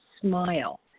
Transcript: smile